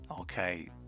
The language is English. okay